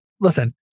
Listen